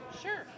Sure